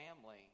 family